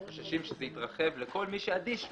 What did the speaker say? אנחנו חוששים שזה התרחב לכל מי שאדיש,